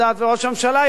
וראש הממשלה יודע,